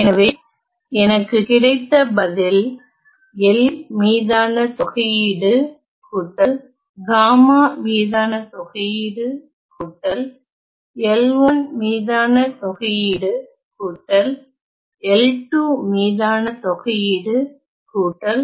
எனவே எனக்கு கிடைத்த பதில் L மீதான தொகையீடு கூட்டல் காமா மீதான தொகையீடு கூட்டல் L1 மீதான தொகையீடு கூட்டல் L2 மீதான தொகையீடு கூட்டல்